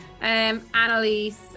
Annalise